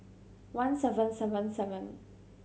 one seven seven seven